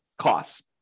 costs